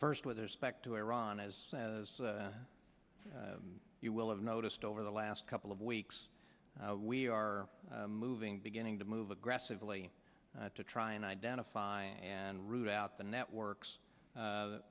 first with respect to iran as you will have noticed over the last couple of weeks we are moving beginning to move aggressively to try and identify and root out the networks